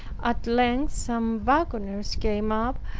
at length some waggoners came up,